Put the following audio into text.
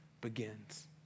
begins